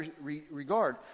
regard